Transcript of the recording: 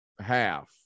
half